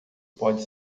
pode